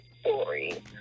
story